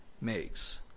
makes